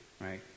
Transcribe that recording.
right